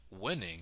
winning